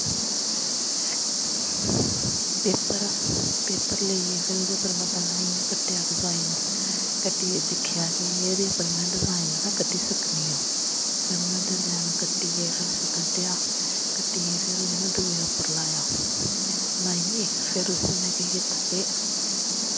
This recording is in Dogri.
पेपर पेपर लाइयै फिर ओह्दे पर में पैह्ले इ'यै कट्टेआ डिजाइन कट्टियै दिक्खेआ कि एह्दे पर में डिजाइन जेह्ड़ा कड्डी सकनी आं फिर में डिजाइन कट्टियै फिर उस्सी कड्डेआ कट्टियै फिर उस्सी में दूई उप्पर लाया लेइयै फिर उस्सी में केह् कीता के